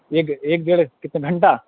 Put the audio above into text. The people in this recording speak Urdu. ایک ایک ڈیڑھ کتے گھنٹہ